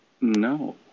no